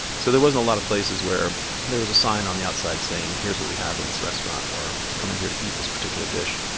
so there weren't a lot of places where there was a sign on the outside saying here's what we have in this restaurant, or come in here to eat this particular dish.